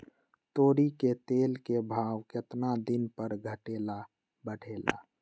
तोरी के तेल के भाव केतना दिन पर घटे ला बढ़े ला?